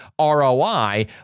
ROI